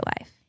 Life